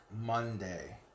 Monday